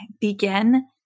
begin